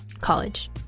college